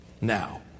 now